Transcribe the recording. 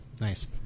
Nice